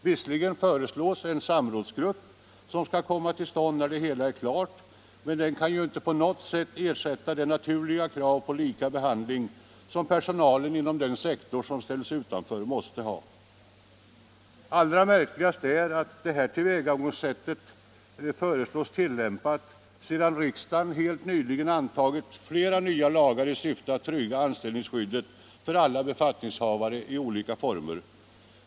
Visserligen föreslås en samrådsgrupp, som skall komma till stånd när det hela är klart, men den kan inte på något sätt ersätta det naturliga krav på lika behandling som personal inom den sektor som ställs utanför avtalet måste ha. Allra märkligast är att detta tillvägagångssätt föreslås tillämpat sedan riksdagen helt nyligen antagit flera nya lagar i syfte att trygga anställningsskyddet för alla befattningshavare i olika former.